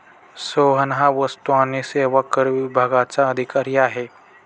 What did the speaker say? सोहन हा वस्तू आणि सेवा कर विभागाचा अधिकारी आहे